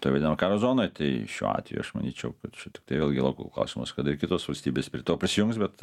toj vadinamoj karo zonoj tai šiuo atveju aš manyčiau kad čia tiktai vėlgi lauko klausimas kada i kitos valstybės prie to prisijungs bet